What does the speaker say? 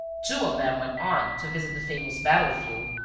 two of them went on to visit the famous battlefield,